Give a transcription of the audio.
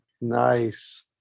Nice